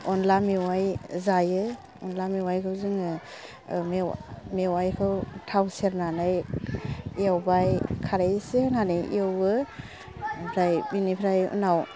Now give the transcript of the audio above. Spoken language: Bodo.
अनला मेवाइ जायो अनला मेवाइखौ जोङो मेवाइखौ थाव सेरनानै एवबाय खारै एसे होनानै एववो आमफ्राय बेनिफ्राइ उनाव